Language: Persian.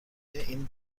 این